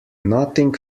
nothing